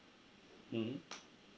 mmhmm